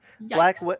Black